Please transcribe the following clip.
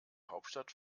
hauptstadt